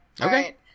okay